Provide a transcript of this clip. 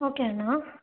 okay Anna